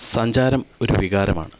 സഞ്ചാരം ഒരു വികാരമാണ്